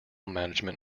management